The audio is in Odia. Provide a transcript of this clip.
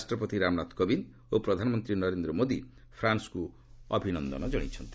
ରାଷ୍ଟ୍ରପତି ରାମନାଥ କୋବିନ୍ଦ ଓ ପ୍ରଧାନମନ୍ତ୍ରୀ ନରେନ୍ଦ୍ର ମୋଦି ଫ୍ରାନ୍ନକୁ ଅଭିନନ୍ଦନ ଜଣାଇଛନ୍ତି